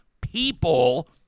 people